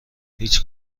هیچ